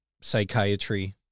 psychiatry